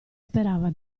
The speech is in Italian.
sperava